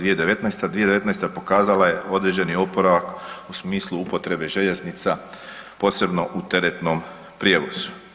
2019.-ta, 2019.-ta pokazala je određeni oporavak u smislu upotrebe željeznica posebno u teretnom prijevozu.